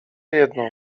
jedno